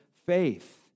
Faith